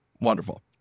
Wonderful